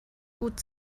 gut